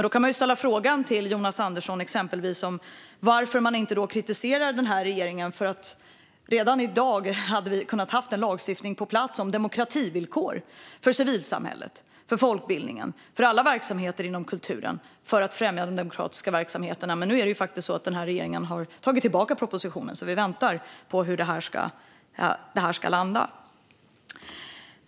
Då ställer jag följande fråga till Jonas Andersson: Varför kritiserar man inte regeringen för att det inte redan i dag finns en lagstiftning på plats om demokrativillkor för civilsamhället, folkbildningen, för alla verksamheter inom kulturen, för att främja de demokratiska verksamheterna? Men nu har regeringen dragit tillbaka propositionen, så vi väntar på var det här ska landa.